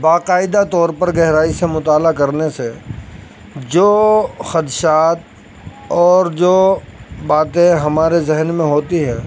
باقاعدہ طور پر گہرائی سے مطالعہ کرنے سے جو خدشات اور جو باتیں ہمارے ذہن میں ہوتی ہے